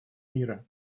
мира